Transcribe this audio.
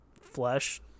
flesh